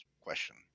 question